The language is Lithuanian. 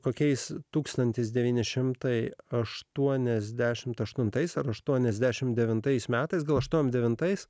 kokiais tūkstantis devyni šimtai aštuoniasdešimt aštuntais ar aštuoniasdešimt devintais metais gal aštuoniasdešimt devintais